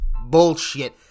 bullshit